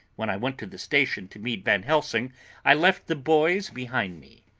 when i went to the station to meet van helsing i left the boys behind me.